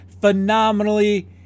phenomenally